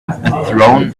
throne